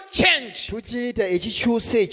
change